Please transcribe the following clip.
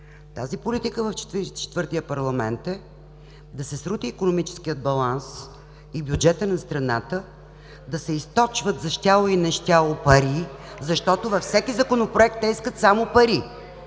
Четиридесет и четвъртия парламент е да се срути икономическият баланс и бюджетът на страната, да се източват за щяло и нещяло пари, защото във всеки законопроект те искат само пари,